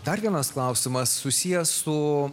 dar vienas klausimas susijęs su